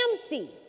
empty